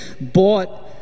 bought